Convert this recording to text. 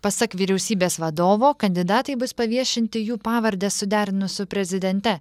pasak vyriausybės vadovo kandidatai bus paviešinti jų pavardes suderinus su prezidente